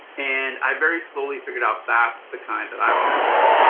and i very slowly figured out that's the kind that i want to do.